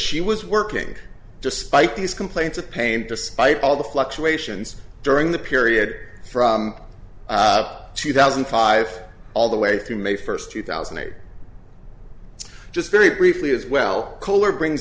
she was working despite these complaints of pain despite all the fluctuations during the period from two thousand and five all the way through may first two thousand eight just very briefly as well color brings